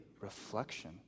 reflection